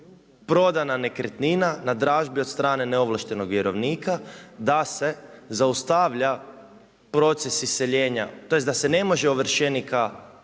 prodana nekretnina na dražbi neovlaštenog vjerovnika da se zaustavlja proces iseljenja, tj. da se ne može ovršenika